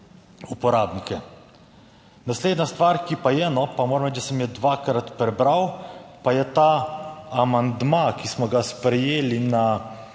uporabnike. Naslednja stvar, ki pa je, pa moram reči, da sem jo dvakrat prebral, pa je ta amandma, ki smo ga sprejeli na